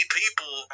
people